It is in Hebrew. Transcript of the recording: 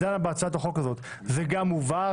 בהצעת החוק הזאת זה גם הובהר,